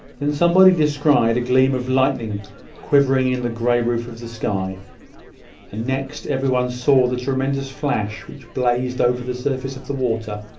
then somebody descried a gleam of lightning quivering in the grey roof of the sky and next, every one saw the tremendous flash which blazed over the surface of the water,